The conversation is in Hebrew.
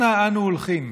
אנה אנו הולכים?